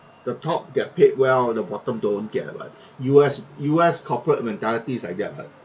the top get paid well the bottom don't get [what] U_S U_S corporate mentality is like that [what]